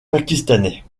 pakistanais